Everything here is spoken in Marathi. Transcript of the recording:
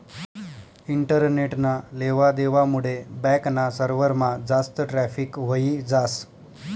इंटरनेटना लेवा देवा मुडे बॅक ना सर्वरमा जास्त ट्रॅफिक व्हयी जास